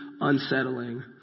unsettling